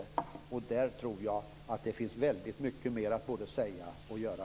I fråga om detta tror jag att det finns väldigt mycket mer att både säga och göra.